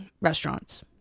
restaurants